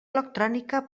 electrònica